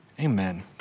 Amen